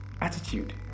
Attitude